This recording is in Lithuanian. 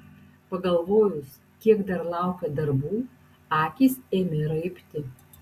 pagalvojus kiek dar laukia darbų akys ėmė raibti